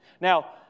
Now